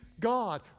God